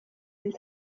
nel